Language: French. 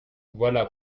voilà